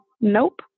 Nope